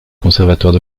conservatoire